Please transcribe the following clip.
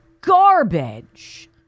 garbage